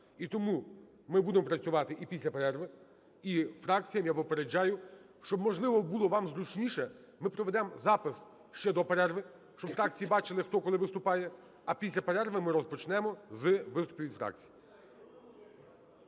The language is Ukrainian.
І тому ми будемо працювати і після перерви, і фракціям, я попереджую, щоб, можливо, було вам зручніше, ми проведемо запис ще до перерви, щоб фракції бачили, хто коли виступає, а після перерви ми розпочнемо з виступів від фракцій.